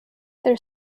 their